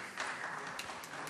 (מחיאות כפיים)